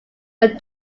are